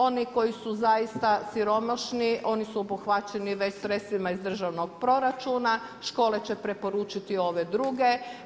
Oni koji su zaista siromašni oni su obuhvaćeni već sredstvima iz državnog proračuna, škole će preporučiti ove druge.